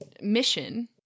mission